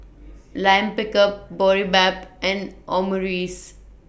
Lime Pickle Boribap and Omurice